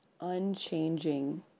unchanging